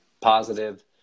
positive